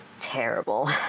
terrible